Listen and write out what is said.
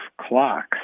clocks